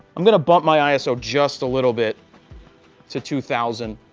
i'm going to bump my iso just a little bit to two thousand.